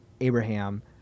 Abraham